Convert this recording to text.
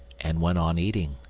and went on eating,